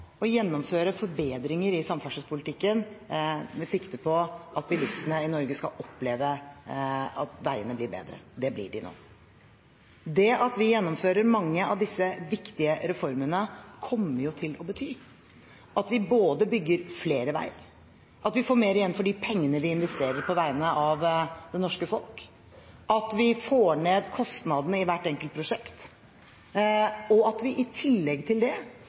å gjennomføre forbedringer i samferdselspolitikken, med sikte på at bilistene i Norge skal oppleve at veiene blir bedre. Det blir de nå. Det at vi gjennomfører mange av disse viktige reformene, kommer til å bety både at vi bygger flere veier, at vi får mer igjen for de pengene vi investerer på vegne av det norske folk, at vi får ned kostnadene i hvert enkelt prosjekt, og at vi i tillegg gjennomfører et helt nødvendig vedlikehold av det